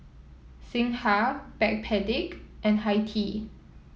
Singha Backpedic and Hi Tea